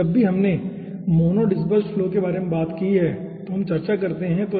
अब जब भी हमने मोनो डिस्पेर्सेड फ्लो के बारे में बात की है तो हम चर्चा करते हैं